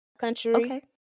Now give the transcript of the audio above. country